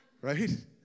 Right